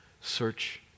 search